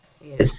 Yes